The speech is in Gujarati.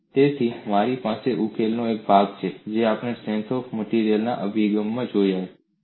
તેથી મારી પાસે ઉકેલનો એક ભાગ છે જે આપણે સ્ટ્રેન્થ ઓફ મટેરિયલ્સના અભિગમમાં જોયો છે તેવો જ છે